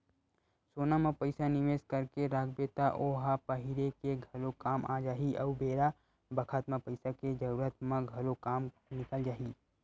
सोना म पइसा निवेस करके राखबे त ओ ह पहिरे के घलो काम आ जाही अउ बेरा बखत म पइसा के जरूरत म घलो काम निकल जाही